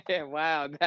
Wow